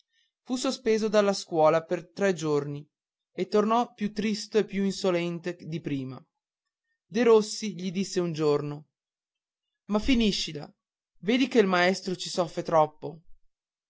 fu sospeso dalla scuola per tre giorni e tornò più tristo e più insolente di prima derossi gli disse un giorno ma finiscila vedi che il maestro ci soffre troppo